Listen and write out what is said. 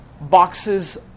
boxes